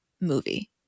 movie